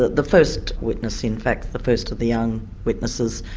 the the first witness in fact, the first of the young witnesses,